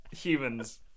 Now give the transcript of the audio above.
Humans